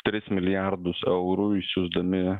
tris milijardus eurų išsiųsdami